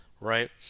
right